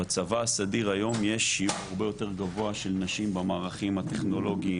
בצבא הסדיר היום יש יעוד הרבה יותר גבוה של נשים במערכים הטכנולוגים,